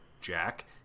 Jack